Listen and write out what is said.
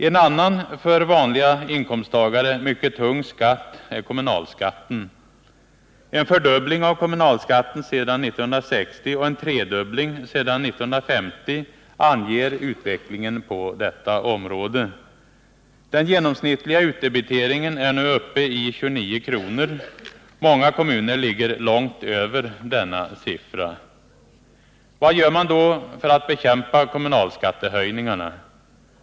En annan för vanliga inkomsttagare mycket tung skatt är kommunalskatten. En fördubbling av kommunalskatten sedan 1960 och en tredubbling sedan 1950 anger utvecklingen på detta område. Den genomsnittliga utdebiteringen är nu uppe i 29 kr. Många kommuner ligger långt över denna siffra. Vad gör man då för att bekämpa kommunalskattehöjningarna?